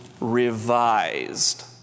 Revised